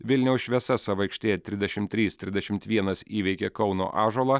vilniaus šviesa savo aikštėje trisdešimt trys trisdešimt vienas įveikė kauno ąžuolą